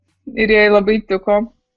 ir jai labai tiko